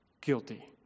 guilty